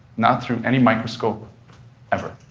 not through any microscope ever,